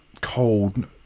cold